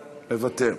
מוותר,